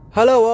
Hello